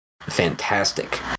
fantastic